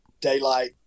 daylight